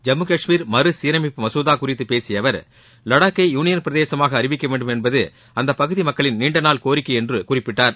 ஜம்மு கஷ்மீர் மறுசீரமைப்பு மசோதா குறித்து பேசிய அவர் வடாக்கை யூனியன் பிரதேசமாக அறிவிக்க வேண்டும் என்பது அந்த பகுதி மக்களின் நீண்ட நாள் கோரிக்கை என்று குறிப்பிட்டார்